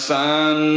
sun